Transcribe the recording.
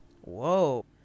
Whoa